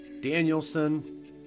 Danielson